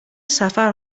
سفر